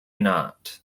not